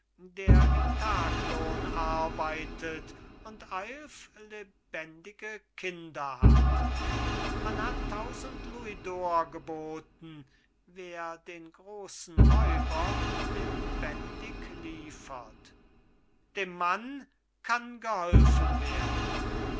der im taglohn arbeitet und eilf lebendige kinder hat man hat tausend louisdore geboten wer den großen räuber lebendig liefert dem mann kann geholfen werden